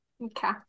Okay